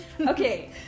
Okay